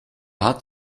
hat